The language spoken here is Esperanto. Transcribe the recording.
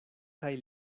kaj